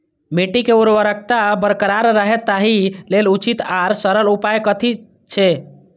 मिट्टी के उर्वरकता बरकरार रहे ताहि लेल उचित आर सरल उपाय कथी छे?